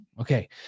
okay